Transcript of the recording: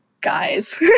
guys